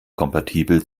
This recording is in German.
kompatibel